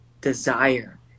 desire